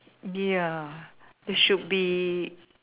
ya it should be